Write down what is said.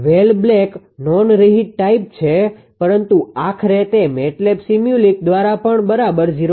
વેલ black non reheat type છે પરંતુ આખરે તે MATLAB સિમ્યુલિંક દ્વારા પણ બરાબર 0